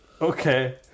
Okay